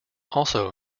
also